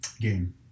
game